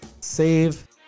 save